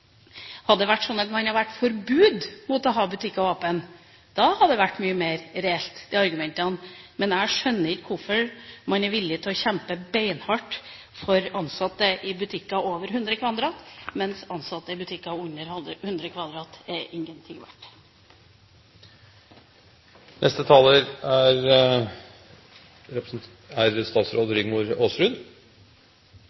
det hadde vært forbud mot å ha butikker åpne, hadde argumentene vært mye mer reelle. Men jeg skjønner ikke hvorfor man er villig til å kjempe beinhardt for ansatte i butikker over 100 m2, mens ansatte i butikker under 100 m2 er ingenting verdt. Det er ganske nøyaktig elleve måneder siden vi diskuterte tilsvarende sak i denne salen. Som sist er